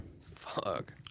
Fuck